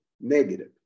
negative